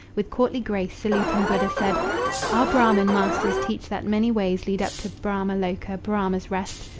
with courtly grace saluting buddha, said our brahman masters teach that many ways lead up to brahma loca, brahma's rest,